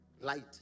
Light